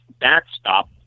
backstop